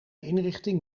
inrichting